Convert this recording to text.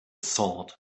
sword